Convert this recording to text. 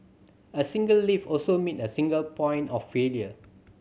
a single lift also mean a single point of failure